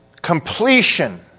Completion